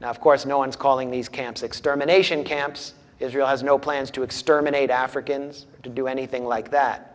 now of course no one's calling these camps extermination camps israel has no plans to exterminate africans to do anything like that